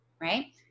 right